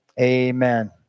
amen